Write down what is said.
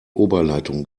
oberleitung